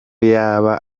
yaba